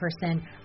person